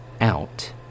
out